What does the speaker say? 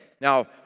Now